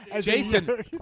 Jason